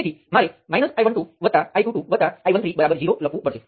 તેથી તમારે નોડ વોલ્ટેજના સંદર્ભમાં કરંટ લખવો પડશે